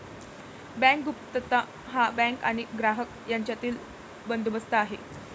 bank गुप्तता हा bank आणि ग्राहक यांच्यातील बंदोबस्त आहे